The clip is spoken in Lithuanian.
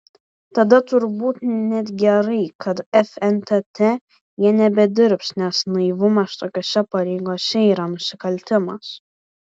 tada turbūt net gerai kad fntt jie nebedirbs nes naivumas tokiose pareigose yra nusikaltimas